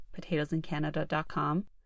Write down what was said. PotatoesInCanada.com